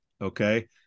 Okay